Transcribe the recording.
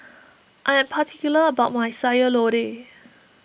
I am particular about my Sayur Lodeh